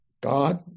God